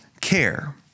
care